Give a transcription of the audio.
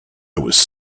was